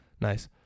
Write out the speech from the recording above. Nice